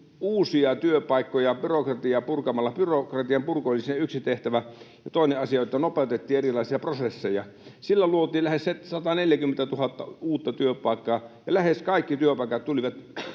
uusia työpaikkoja byrokratiaa purkamalla. Byrokratian purku oli se yksi tehtävä, ja toinen asia oli se, että nopeutettiin erilaisia prosesseja. Sillä luotiin lähes 140 000 uutta työpaikkaa, ja lähes kaikki työpaikat tulivat